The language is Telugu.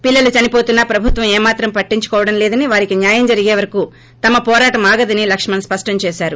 పిల్లలు చనిపోతున్నా ప్రభుత్వం ఏమాత్రం పట్టించుకోవడం లేదని వారికి న్యాయం జరిగేవరకు తమ పోరాటం ఆగదని లక్కుణ్ స్పష్టం చేశారు